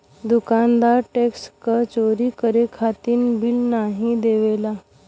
दुकानदार टैक्स क चोरी करे खातिर बिल नाहीं देवला